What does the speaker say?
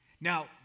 Now